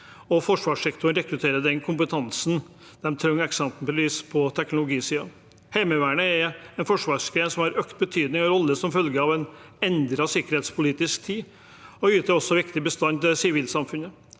at forsvarssektoren rekrutterer den kompetansen den trenger, eksempelvis på teknologisiden. Heimevernet er den forsvarsgrenen som har økt betydelig og fått en rolle som følge av en endret sikkerhetspolitisk tid, og yter også viktig bistand til sivilsamfunnet.